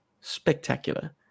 spectacular